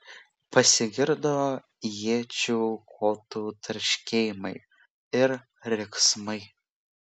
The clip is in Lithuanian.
pasigirdo iečių kotų tarškėjimai ir riksmai